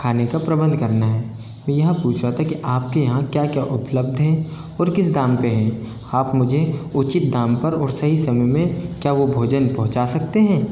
खाने का प्रबंध करना है मैं यह पूछ रहा था कि आपके यहाँ क्या क्या उपलब्ध है और किस दम पे हैं आप मुझे उचित दाम पर और सही समय में क्या वो भोजन पहुँचा सकते हैं